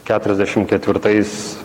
keturiasdešim ketvirtais